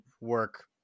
work